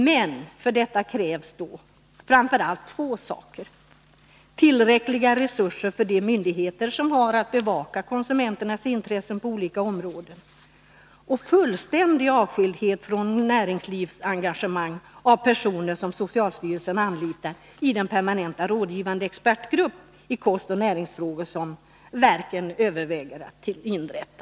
Men härför krävs framför allt två saker: tillräckliga resurser för de myndigheter som har att bevaka konsumenternas intressen på olika områden och fullständig avskildhet från näringslivsengagemang då det gäller personer som socialstyrelsen anlitar i den permanenta rådgivande expertgrupp i kostoch näringsfrågor som verken överväger att inrätta.